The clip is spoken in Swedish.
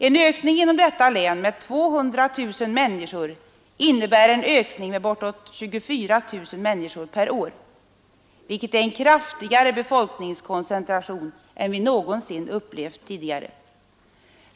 En ökning inom detta län med 200 000 människor innebär en ökning med bortåt 24 000 människor per år, vilket är en kraftigare befolkningskoncentration än vi någonsin tidigare upplevt.